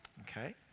okay